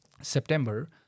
september